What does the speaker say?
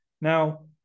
Now